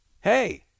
hey